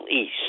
East